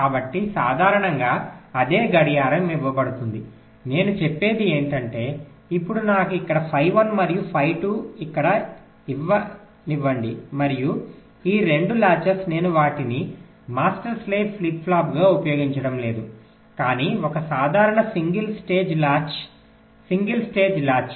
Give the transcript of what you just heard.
కాబట్టి సాధారణంగా అదే గడియారం ఇవ్వబడుతుంది నేను చెప్పేది ఏమిటంటే ఇప్పుడు నాకు ఇక్కడ ఫై 1 మరియు ఫై 2 ఇక్కడ ఇవ్వనివ్వండి మరియు ఈ రెండు లాచెస్ నేను వాటిని మాస్టర్ స్లేవ్ ఫ్లిప్ ఫ్లాప్ గా ఉపయోగించడం లేదు కానీ ఒక సాధారణ single stage latches single stage latch